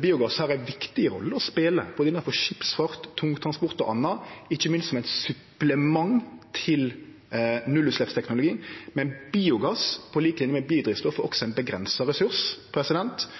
biogass har ei viktig rolle å spele innanfor både skipsfart, tungtransport, o.a., ikkje minst som eit supplement til nullutsleppsteknologi. Men biogass, på lik linje med biodrivstoff, er